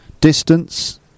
distance